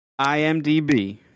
IMDB